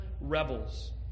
rebels